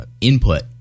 input